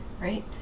right